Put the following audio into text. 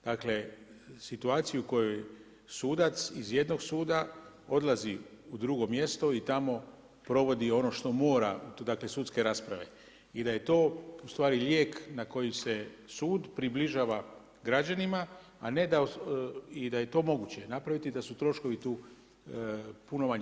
Dakle, situaciju u kojoj sudac iz jednog suda odlazi u drugo mjesto i tamo provodi ono što mora, dakle sudske rasprave i da je to u stvari lijek na koji se sud približava građanima, a ne da i da je to moguće napraviti, da su troškovi tu puno manji.